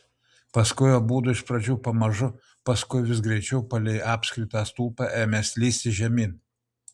paskui abudu iš pradžių pamažu paskui vis greičiau palei apskritą stulpą ėmė slysti žemyn